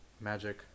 Magic